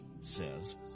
says